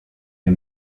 wir